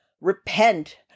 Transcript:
repent